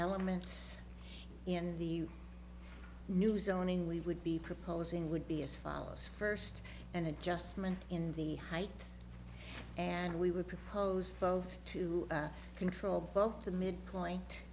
elements in the new zoning we would be proposing would be as follows first an adjustment in the height and we would propose both to control both the midpoint